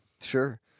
Sure